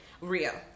Rio